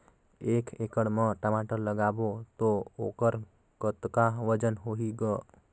एक एकड़ म टमाटर लगाबो तो ओकर कतका वजन होही ग?